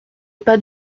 pas